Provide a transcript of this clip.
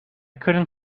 couldn’t